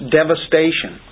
devastation